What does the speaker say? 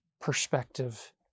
perspective